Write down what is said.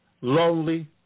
lonely